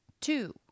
two